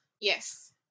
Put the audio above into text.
Yes